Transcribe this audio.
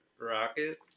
rocket